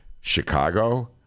Chicago